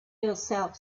yourself